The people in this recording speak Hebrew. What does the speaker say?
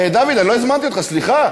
דוד, אני לא הזמנתי אותך, סליחה.